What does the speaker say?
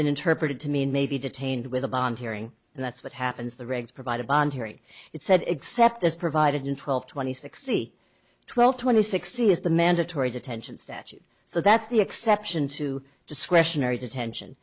been interpreted to mean may be detained with a bond hearing and that's what happens the regs provide a bond hearing it said except as provided in twelve twenty six c twelve twenty six c is the mandatory detention statute so that's the exception to discretionary detention